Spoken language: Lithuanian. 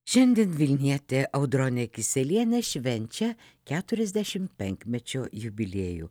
šiandien vilnietė audronė kiselienė švenčia keturiasdešim penkmečio jubiliejų